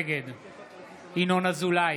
נגד ינון אזולאי,